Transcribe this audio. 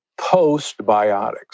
postbiotics